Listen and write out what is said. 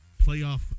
playoff